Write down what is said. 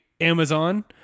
amazon